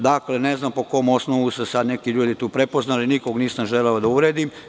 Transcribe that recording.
Dakle, ne znam po kom osnovu su se ti ljudi prepoznali, nikoga nisam želeo da uvredim.